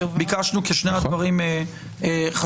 ביקשנו כי שני הדברים הם חשובים.